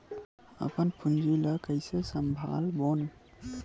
अपन पूंजी ला कइसे संभालबोन?